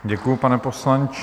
Děkuji, pane poslanče.